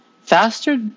Faster